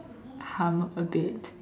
hum a bit